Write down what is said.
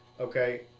Okay